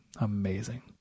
Amazing